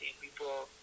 people